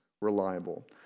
reliable